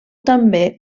també